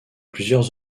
plusieurs